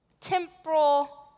temporal